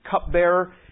cupbearer